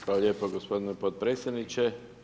Hvala lijepa gospodine podpredsjedniče.